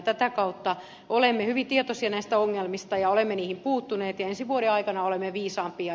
tätä kautta olemme hyvin tietoisia näistä ongelmista olemme niihin puuttuneet ja ensi vuoden aikana olemme viisaampia